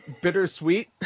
bittersweet